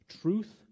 truth